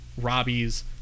Robbie's